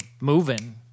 moving